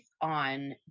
on